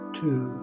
two